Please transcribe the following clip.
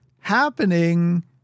happening